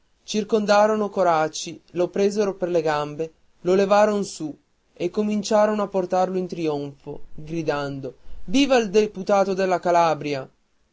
strada circondarono coraci lo presero per le gambe lo levaron su e cominciarono a portarlo in trionfo gridando viva il deputato della calabria